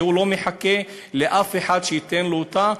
והוא לא מחכה לאף אחד שייתן לו אותה,